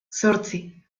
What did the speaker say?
zortzi